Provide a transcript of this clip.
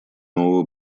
нового